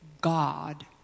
God